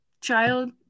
child